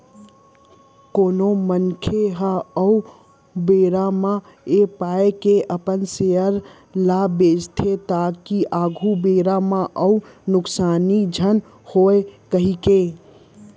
कोनो मनखे ह ओ बेरा म ऐ पाय के अपन सेयर ल बेंचथे ताकि आघु बेरा म अउ नुकसानी झन होवय कहिके